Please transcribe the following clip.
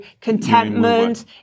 contentment